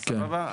סבבה?